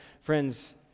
friends